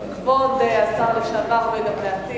הייתי רוצה שתהיה תחרות, כי היום האזרחים